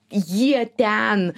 jie ten